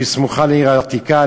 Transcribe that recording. סמוך לעיר העתיקה.